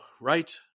right